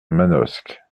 manosque